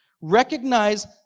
Recognize